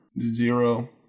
zero